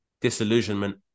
disillusionment